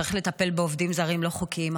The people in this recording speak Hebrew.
צריך לטפל בעובדים זרים לא חוקיים,